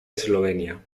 eslovenia